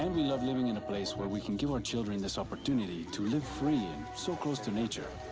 and we love living in a place where we can give our children this opportunity to live free and so close to nature.